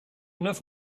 enough